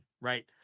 right